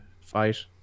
fight